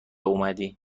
اومدی